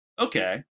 okay